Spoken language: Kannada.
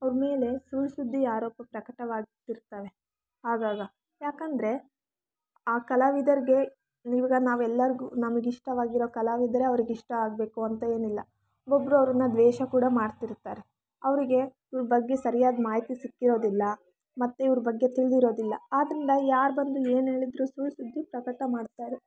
ಅವರ ಮೇಲೆ ಸುಳ್ಳು ಸುದ್ದಿ ಆರೋಪ ಪ್ರಕಟವಾಗ್ತಿರ್ತವೆ ಆಗಾಗ ಯಾಕೆಂದ್ರೆ ಆ ಕಲಾವಿದರಿಗೆ ಇವಾಗ ನಾವು ಎಲ್ಲರಿಗೂ ನಮಗಿಷ್ಟವಾಗಿರೊ ಕಲಾವಿದರೇ ಅವ್ರಿಗೆ ಇಷ್ಟ ಆಗ್ಬೇಕು ಅಂತ ಏನಿಲ್ಲ ಒಬ್ಬರು ಅವ್ರನ್ನು ದ್ವೇಷ ಕೂಡ ಮಾಡ್ತಿರ್ತಾರೆ ಅವರಿಗೆ ಇವರ ಬಗ್ಗೆ ಸರಿಯಾದ ಮಾಹಿತಿ ಸಿಕ್ಕಿರೋದಿಲ್ಲ ಮತ್ತೆ ಇವರ ಬಗ್ಗೆ ತಿಳಿದಿರೋದಿಲ್ಲ ಆದ್ರಿಂದ ಯಾರು ಬಂದು ಏನು ಹೇಳಿದ್ರೂ ಸುಳ್ಳು ಸುದ್ದಿ ಪ್ರಕಟಮಾಡ್ತಾರೆ